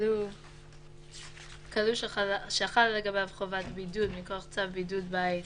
כלוא שחלה לגביו חובת בידוד מכוח צו בידוד בית